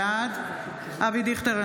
בעד אבי דיכטר,